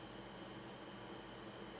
mm